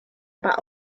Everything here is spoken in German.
aber